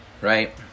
right